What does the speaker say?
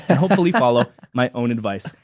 hopefully follow my own advice.